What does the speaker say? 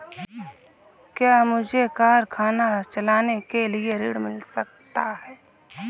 क्या मुझे कारखाना चलाने के लिए ऋण मिल सकता है?